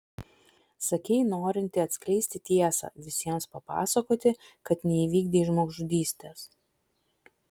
sakei norinti atskleisti tiesą visiems papasakoti kad neįvykdei žmogžudystės